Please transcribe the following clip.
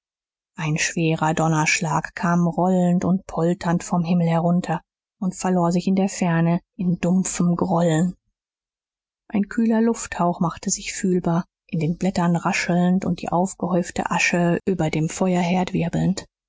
ein schwerer donnerschlag kam rollend und polternd vom himmel herunter und verlor sich in der ferne in dumpfem grollen ein kühler lufthauch machte sich fühlbar in den blättern raschelnd und die aufgehäufte asche über den feuerherd wirbelnd